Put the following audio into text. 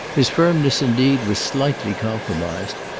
his firmness indeed was slightly compromised,